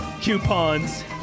coupons